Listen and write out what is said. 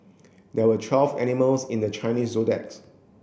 there are twelve animals in the Chinese Zodiacs